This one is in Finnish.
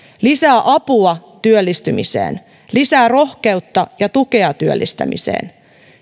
lisää apua työllistymiseen lisää rohkeutta ja tukea työllistämiseen